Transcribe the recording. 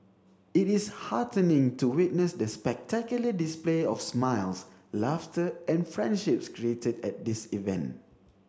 it is heartening to witness the spectacular display of smiles laughter and friendships created at this event